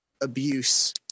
abuse